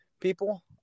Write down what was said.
people